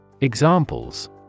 Examples